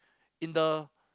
in the